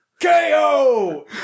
KO